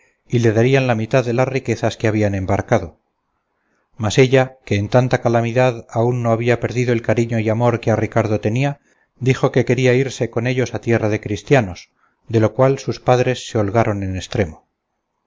y le darían la mitad de las riquezas que había embarcado mas ella que en tanta calamidad aún no había perdido el cariño y amor que a ricardo tenía dijo que quería irse con ellos a tierra de cristianos de lo cual sus padres se holgaron en estremo